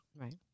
right